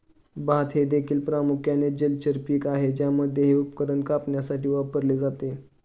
भात हे देखील प्रामुख्याने जलचर पीक आहे ज्यासाठी हे उपकरण कापण्यासाठी वापरले जाते